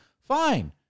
Fine